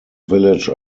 village